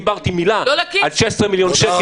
-- ולא דיברתי מילה על 16 מיליון שקל